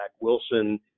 Wilson